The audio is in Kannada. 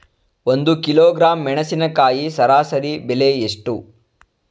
ಒಂದು ಕಿಲೋಗ್ರಾಂ ಮೆಣಸಿನಕಾಯಿ ಸರಾಸರಿ ಬೆಲೆ ಎಷ್ಟು?